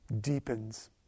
deepens